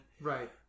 Right